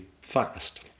fast